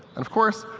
of course,